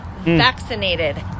Vaccinated